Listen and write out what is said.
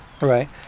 Right